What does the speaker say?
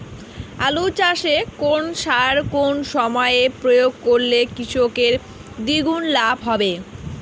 আলু চাষে কোন সার কোন সময়ে প্রয়োগ করলে কৃষকের দ্বিগুণ লাভ হবে?